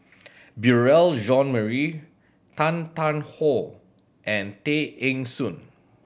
Beurel Jean Marie Tan Tarn How and Tay Eng Soon